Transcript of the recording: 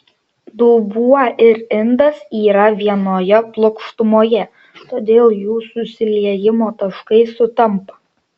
dubuo ir indas yra vienoje plokštumoje todėl jų susiliejimo taškai sutampa